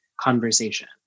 conversation